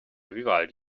vivaldi